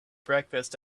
breakfast